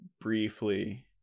briefly